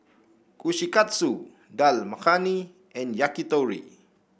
Kushikatsu Dal Makhani and Yakitori